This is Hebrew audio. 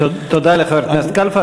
תודה לחבר הכנסת קלפה.